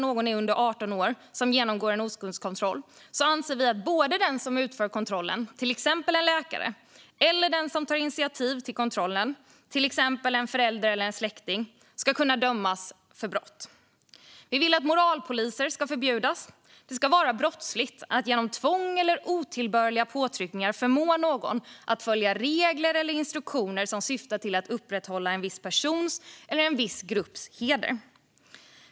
Vi anser att både den som utför kontrollen, till exempel en läkare, eller den som tar initiativ till kontrollen, till exempel en förälder eller släkting, ska kunna dömas för brott i samtliga fall när någon är under 18 år och genomgår en oskuldskontroll. Vi vill att moralpoliser ska förbjudas. Det ska vara brottsligt att genom tvång eller otillbörliga påtryckningar förmå någon att följa regler eller instruktioner som syftar till att upprätthålla en viss persons eller en viss grupps heder.